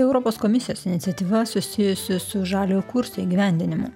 europos komisijos iniciatyva susijusi su žaliojo kurso įgyvendinimu